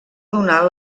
donar